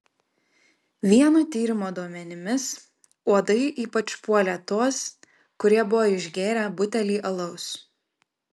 vieno tyrimo duomenimis uodai ypač puolė tuos kurie buvo išgėrę butelį alaus